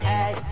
Hey